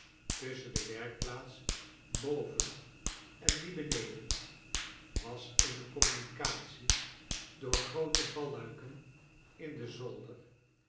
tusschen de werkplaats boven en die beneden was eene communicatie door groote valluiken in den z older